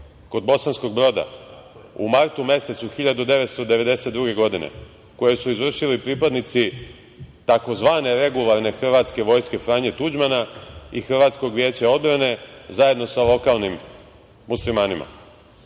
kod Bosanskog Broda u martu mesecu 1992. godine, koju su izvršili pripadnici tzv. regularne hrvatske vojske Franje Tuđmana i Hrvatskog vijeća odbrane zajedno sa lokalnim muslimanima. Hoću